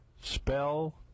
spell